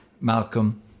Malcolm